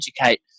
educate